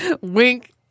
Wink